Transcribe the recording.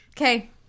Okay